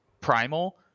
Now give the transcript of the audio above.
Primal